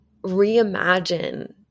reimagine